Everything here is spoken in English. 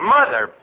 Mother